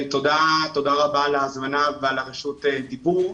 תודה רבה על ההזמנה ועל רשות הדיבור.